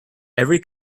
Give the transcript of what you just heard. every